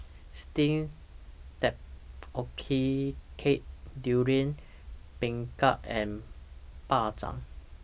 Steamed Tapioca Cake Durian Pengat and Bak Chang